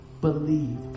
Believe